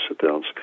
sit-downs